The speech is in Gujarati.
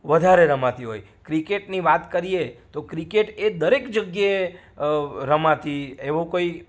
વધારે રમાતી હોય ક્રિકેટની વાત કરીએ તો ક્રિકેટ એ દરેક જગ્યાએ રમાતી એવો કોઈ